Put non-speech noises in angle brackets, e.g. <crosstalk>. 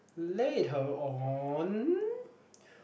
later on <breath>